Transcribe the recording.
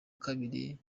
kabiri